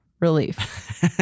relief